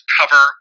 cover